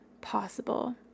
possible